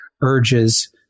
urges